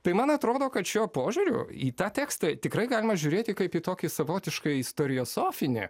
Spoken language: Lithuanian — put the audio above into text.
tai man atrodo kad šiuo požiūriu į tą tekstą tikrai galima žiūrėti kaip į tokį savotišką istoriosofinę